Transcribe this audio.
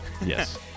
Yes